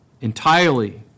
entirely